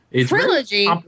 Trilogy